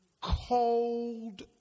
Cold